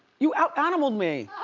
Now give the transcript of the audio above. you out animaled me!